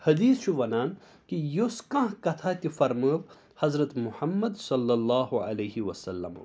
حَدیٖث چھُ وَنان کہِ یۄس کانٛہہ کَتھاہ تہِ فَرمٲو حضرت محمد صلی اللہُ علیہ وَسَلَمُو